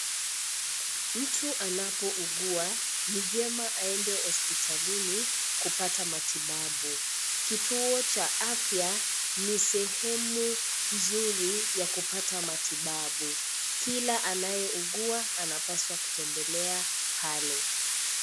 Mtu anapougua ni venyeme aende hospitalini kupata matibabu. Kituo cha afya ni sehemu nzuri ya kupata matibabu kila anayeugua anapaswa kutembelea pale.